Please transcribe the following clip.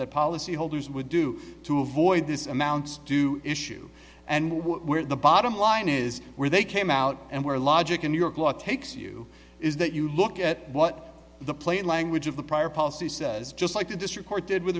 that policyholders would do to avoid this amounts to issue and where the bottom line is where they came out and where logic in new york law takes you is that you look at what the plain language of the prior policy says just like the district court did with